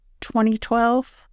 2012